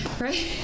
right